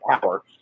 power